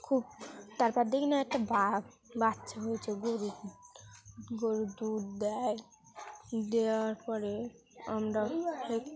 খুব তারপর দেখি না একটা বা বাচ্চা হয়েছে গরুর গরু দুধ দেয় দেওয়ার পরে আমরা ওই